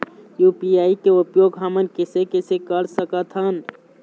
UPI के उपयोग हमन कैसे कैसे कर सकत हन?